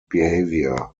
behavior